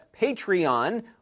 Patreon